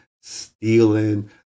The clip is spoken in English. stealing